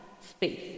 space